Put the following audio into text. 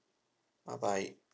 bye bye